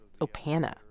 Opana